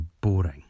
boring